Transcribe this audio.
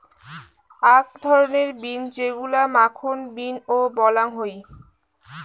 আক ধরণের বিন যেইগুলা মাখন বিন ও বলাং হই